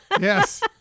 Yes